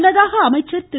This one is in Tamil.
முன்னதாக அமைச்சர் திரு